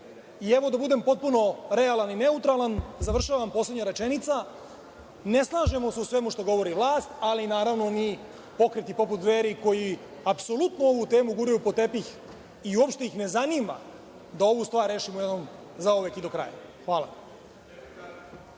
to. Evo, da budem potpuno realan i neutralan, završavam, poslednja rečenica, ne slažemo se u svemu što govori vlast, ali naravno ni pokreti poput Dveri, koji apsolutno ovu temu guraju pod tepih i uopšte ih ne zanima da ovu stvar rešimo jednom zauvek i do kraja. Hvala.